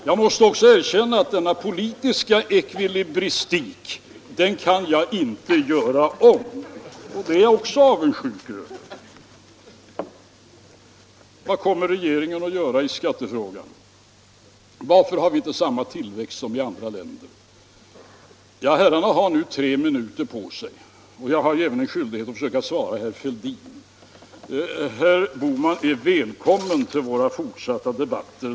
Jag måste också erkänna att jag inte kan göra om denna politiska ekvilibristik! Det är jag också avundsjuk över. Vad kommer regeringen att göra i skattefrågan? Varför har vi inte samma tillväxt som i andra länder? Herrarna har nu tre minuter på sig, och jag har även skyldighet att försöka svara herr Fälldin. Herr Bohman är välkommen till våra fortsatta debatter.